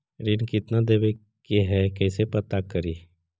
ऋण कितना देवे के है कैसे पता करी?